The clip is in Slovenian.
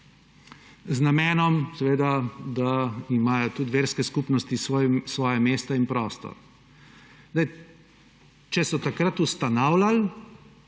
z namenom, da imajo tudi verske skupnosti svoje mesto in prostor. Če so takrat ustanavljali,